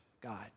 God